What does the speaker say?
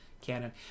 Canon